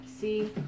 see